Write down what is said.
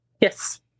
Yes